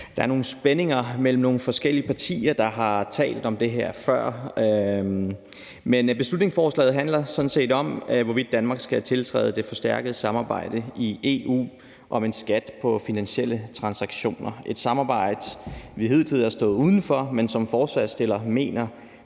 der er nogle spændinger mellem nogle forskellige partier, der har talt om det her før. Men beslutningsforslaget handler sådan set om, hvorvidt Danmark skal tiltræde det forstærkede samarbejde i EU om en skat på finansielle transaktioner, et samarbejde, som vi hidtil har stået uden for, men som forslagsstillerne mener